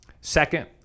Second